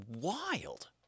wild